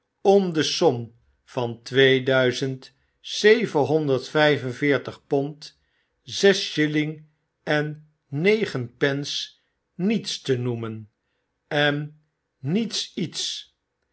om de som van zevenhonderd pond zes shilling en negen pence niets te noemen eh niets iets